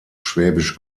schwäbisch